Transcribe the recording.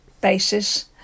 basis